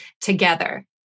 together